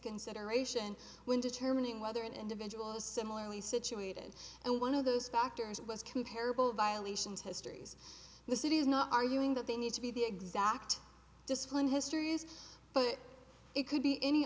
consideration when determining whether an individual is similarly situated and one of those factors was comparable violations histories the city is not arguing that they need to be the exact discipline histories but it could be any